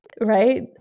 right